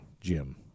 Jim